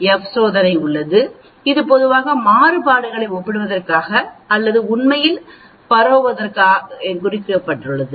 F சோதனை என்று ஒன்று உள்ளது இது பொதுவாக மாறுபாடுகளை ஒப்பிடுவதற்கோ அல்லது உண்மையில் பரவுவதற்கோ குறிக்கப்படுகிறது